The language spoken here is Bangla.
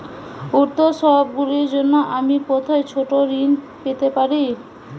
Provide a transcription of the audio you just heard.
উত্সবগুলির জন্য আমি কোথায় ছোট ঋণ পেতে পারি?